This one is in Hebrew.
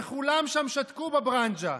וכולם שם שתקו, בברנז'ה,